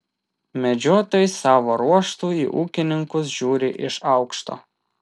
medžiotojai savo ruožtu į ūkininkus žiūri iš aukšto